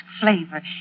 flavor